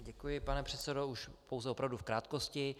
Děkuji, pane předsedo, už pouze opravdu v krátkosti.